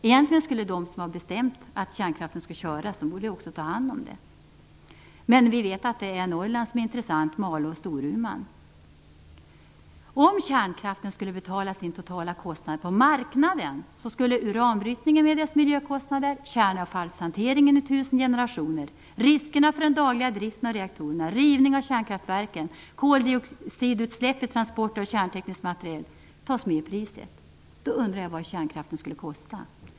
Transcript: Egentligen skulle de som har bestämt att kärnkraften skall köras ta hand om den. Men vi vet att det är Norrland som är intressant - Malå och Storuman. Om kärnkraften skulle betala sin totala kostnad på marknaden skulle uranbrytningens miljökostnader, kärnavfallshanteringen i tusen generationer, risken vid den dagliga driften av reaktorerna, rivning av kärnkraftverken, koldioxidutsläppen, transporter och kärntekniskt materiel tas med i priset. Då undrar jag vad kärnkraften skulle kosta.